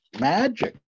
magic